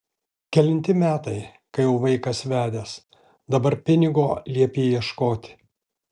kelinti metai kai jau vaikas vedęs dabar pinigo liepi ieškoti